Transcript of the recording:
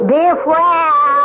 Beware